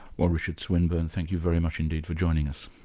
well richard swinburne, thank you very much indeed for joining us.